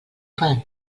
fan